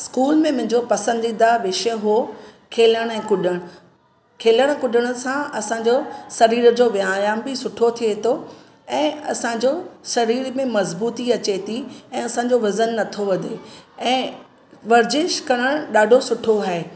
school में मुंहिंजो पसंदीदा विषय हुओ खेलणु ऐं कुॾणु खेलण कुॾण सां असांजो सरीर जो व्यायाम बि सुठो थिए थो ऐं असांजो सरीर में मज़बूती अचे थी ऐं असांजो वज़न नथो वधे ऐं वर्जिश करणु ॾाढो सुठो आहे